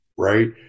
Right